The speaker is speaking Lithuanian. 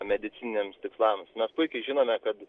medicininiams tikslams mes puikiai žinome kad